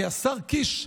כי השר קיש,